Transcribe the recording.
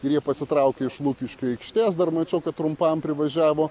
ir jie pasitraukė iš lukiškių aikštės dar mačiau kad trumpam privažiavo